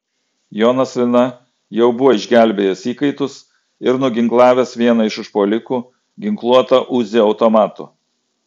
jonas lina jau buvo išgelbėjęs įkaitus ir nuginklavęs vieną iš užpuolikų ginkluotą uzi automatu